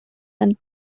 and